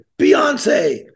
Beyonce